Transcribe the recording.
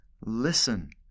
listen